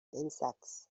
insects